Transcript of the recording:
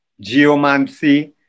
geomancy